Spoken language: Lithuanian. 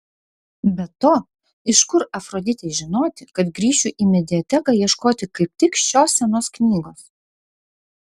be to iš kur afroditei žinoti kad grįšiu į mediateką ieškoti kaip tik šios senos knygos